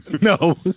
No